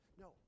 no